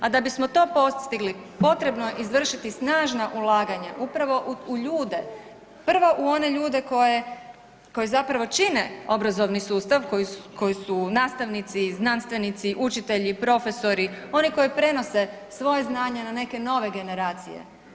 A da bismo to postigli potrebno je izvršiti snažna ulaganja upravo u ljude, prvo u one ljude koji zapravo čine obrazovni sustav, koji su nastavnici, znanstvenici, učitelji, profesori oni koji prenose svoje znanje na neke nove generacije.